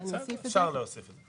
אני אוסיף את זה?